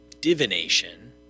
divination